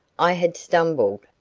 i had stumbled,